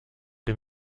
dem